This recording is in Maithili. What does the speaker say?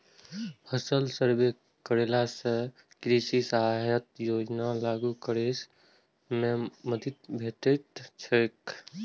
फसल सर्वे करेला सं कृषि सहायता योजना लागू करै मे मदति भेटैत छैक